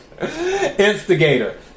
Instigator